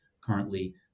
currently